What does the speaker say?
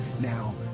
Now